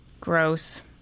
gross